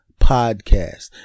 podcast